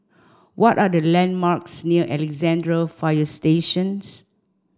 what are the landmarks near Alexandra Fire Station